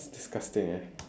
disgusting eh